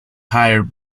hired